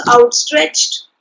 outstretched